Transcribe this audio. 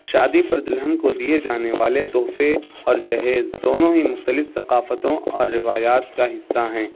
شادی پر دلہن کو دیے جانے والے تحفے اور جہیز دونوں ہی مختلف ثقافتوں اور روایات کا حِصّہ ہیں